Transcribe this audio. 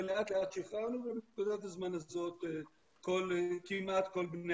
ולאט לאט שחררנו ובנקודת הזמן הזאת כמעט כל בני